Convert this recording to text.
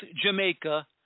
jamaica